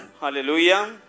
Hallelujah